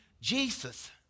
Jesus